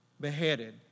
beheaded